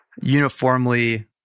uniformly